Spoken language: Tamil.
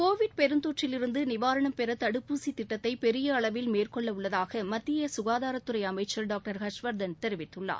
கோவிட் பெருந்தொற்றில் இருந்து நிவாரணம் பெற தடுப்பூசி திட்டத்தை பெரிய அளவில் மேற்கொள்ள உள்ளதாக மத்திய சுகாதாரத்துறை அமைச்சர் டாக்டர் ஹர்ஷ்வர்த்தன் தெரிவித்துள்ளார்